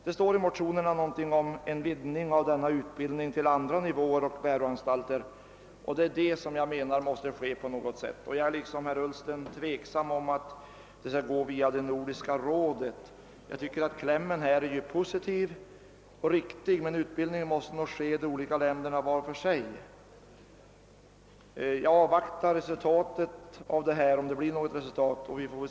Det står i motionerna att det är önskvärt att utvidga denna utbildning till andra nivåer och läroanstalter, och det är detta krav som jag menar måste tillgodoses. I likhet med herr Ullsten är jag tveksam om huruvida denna utbildning bör ombesörjas av Nordiska rådet. Jag tycker att klämmen i utlåtandet är riktig och positiv, men jag anser att utbildningen bör bedrivas i vart och ett av de nordiska länderna. Jag avvaktar resultatet av det beslut som kommer att fattas — om det blir något resultat över huvud taget.